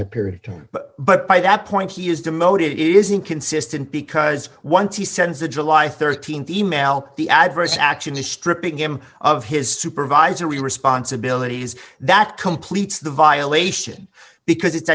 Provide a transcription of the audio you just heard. that period of time but by that point he is demoted isn't consistent because once he sends a july th email the adverse action is stripping him of his supervisory responsibilities that completes the violation because it's